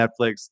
Netflix